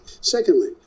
Secondly